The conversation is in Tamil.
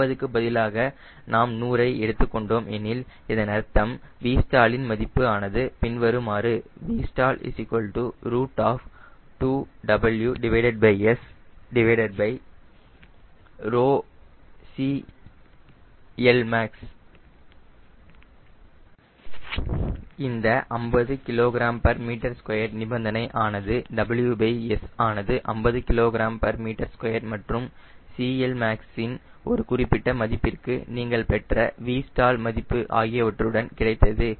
50 க்கு பதிலாக நாம் 100 ஐ எடுத்துக் கொண்டோம் எனில் இதன் அர்த்தம் Vstall இன் மதிப்பு ஆனது பின்வருமாறு 2WSCLmax Vstall இந்த 50 kgm2 நிபந்தனை ஆனது WS ஆனது 50 kgm2 மற்றும் CLmax இன் ஒரு குறிப்பிட்ட மதிப்பிற்கு நீங்கள் பெற்ற Vstall மதிப்பு ஆகியவற்றுடன் கிடைத்தது